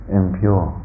impure